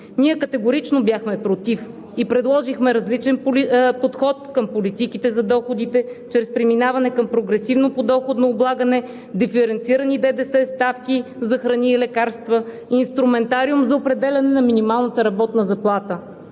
Ние категорично бяхме „против“ и предложихме различен подход към политиките за доходите чрез преминаване към прогресивно подоходно облагане, диференцирани ДДС ставки за храни и лекарства, инструментариум за определяне на минималната работна заплата,